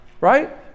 Right